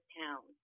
town